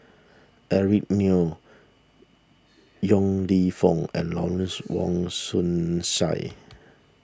Eric Neo Yong Lew Foong and Lawrence Wong Shyun Tsai